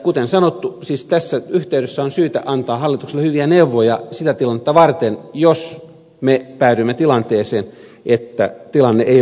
kuten sanottu tässä yhteydessä on syytä antaa hallitukselle hyviä neuvoja sitä tilannetta varten jos me päädymme siihen tilanteeseen että tilanne ei vakaudu